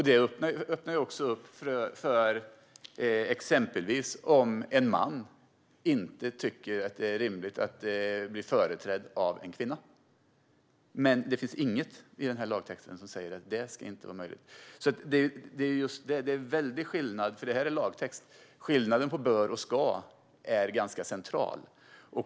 Detta öppnar också upp för exempelvis en man som inte tycker att det är rimligt att han blir företrädd av en kvinna. Det finns inget i denna lagtext som säger att detta inte ska vara möjligt. Detta handlar om lagtext. Skillnaden mellan "bör" och "ska" är ganska central.